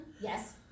Yes